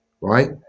right